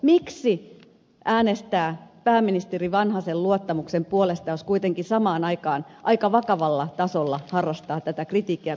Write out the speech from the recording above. miksi äänestää pääministeri vanhasen luottamuksen puolesta jos kuitenkin samaan aikaan aika vakavalla tasolla harrastaa tätä kritiikkiä